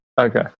Okay